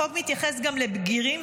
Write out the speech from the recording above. החוק מתייחס גם לבגירים,